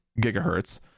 gigahertz